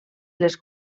les